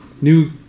New